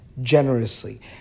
generously